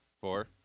Four